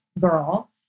girl